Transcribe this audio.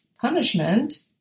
punishment